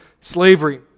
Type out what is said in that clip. slavery